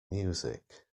music